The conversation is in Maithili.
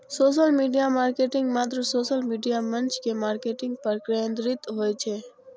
सोशल मीडिया मार्केटिंग मात्र सोशल मीडिया मंच के मार्केटिंग पर केंद्रित होइ छै